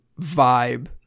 vibe